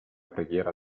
preghiera